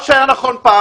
מה שהיה נכון פעם,